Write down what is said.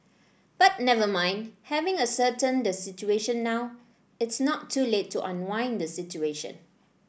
but never mind having ascertained the situation now it's not too late to unwind the situation